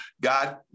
God